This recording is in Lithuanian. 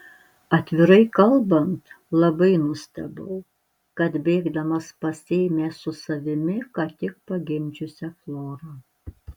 atvirai kalbant labai nustebau kad bėgdamas pasiėmė su savimi ką tik pagimdžiusią florą